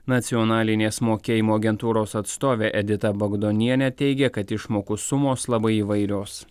nacionalinės mokėjimo agentūros atstovė edita bagdonienė teigia kad išmokų sumos labai įvairios